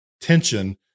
tension